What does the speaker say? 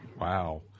wow